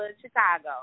Chicago